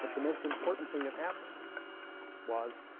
the most important thing that happened was